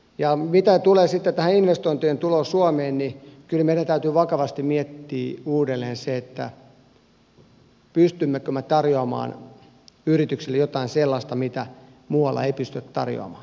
ja mitä tulee sitten tähän investointien tuloon suomeen niin kyllä meidän täytyy vakavasti miettiä uudelleen se pystymmekö me tarjoamaan yrityksille jotain sellaista mitä muualla ei pystytä tarjoamaan